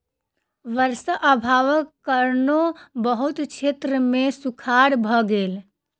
वर्षा अभावक कारणेँ बहुत क्षेत्र मे सूखाड़ भ गेल